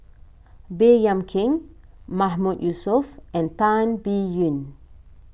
Baey Yam Keng Mahmood Yusof and Tan Biyun